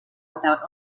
without